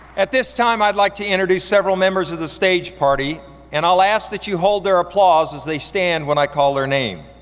at this time, i'd like to introduce several members of the stage party and i'll ask that you hold their applause as they stand when i call their name.